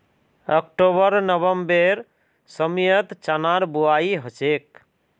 October नवंबरेर समयत चनार बुवाई हछेक